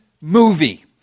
movie